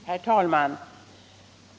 Herr talman!